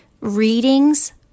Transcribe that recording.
readings